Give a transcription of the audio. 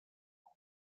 call